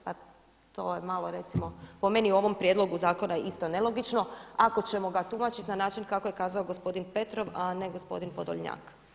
Pa to je malo recimo po meni u ovom prijedlogu zakona isto nelogično ako ćemo ga tumačiti na način kako je kazao gospodin Petrov, a ne gospodin Podolnjak.